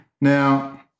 Now